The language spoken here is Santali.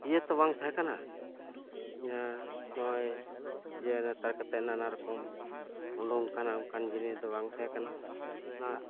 ᱤᱭᱟᱹᱛᱚ ᱵᱟᱝ ᱛᱟᱦᱮᱸ ᱠᱟᱱᱟ ᱡᱮ ᱱᱚᱜᱼᱚᱭ ᱡᱮ ᱱᱮᱛᱟᱨ ᱠᱟᱛᱮᱫ ᱱᱟᱱᱟ ᱨᱚᱠᱚᱢ ᱚᱸᱰᱚᱝ ᱠᱟᱱᱟ ᱚᱱᱠᱟᱱ ᱡᱤᱱᱤᱥ ᱫᱚ ᱵᱟᱝ ᱛᱟᱦᱮᱸ ᱠᱟᱱᱟ ᱱᱟ